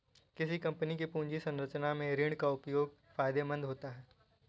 किसी कंपनी की पूंजी संरचना में ऋण का उपयोग फायदेमंद होता है